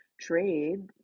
trade